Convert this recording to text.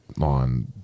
on